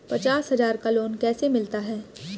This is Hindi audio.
पचास हज़ार का लोन कैसे मिलता है?